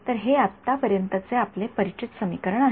तर हे आत्ता पर्यंतचे आपले परिचित समीकरण आहे